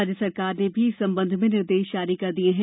राज्य सरकार ने भी इस संबंध में निर्देश जारी कर दिये हैं